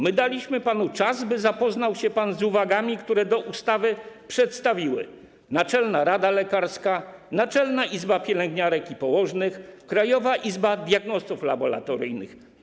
My daliśmy panu czas, by zapoznał się pan z uwagami do ustawy, które przedstawiły Naczelna Rada Lekarska, Naczelna Izba Pielęgniarek i Położnych, Krajowa Izba Diagnostów Laboratoryjnych.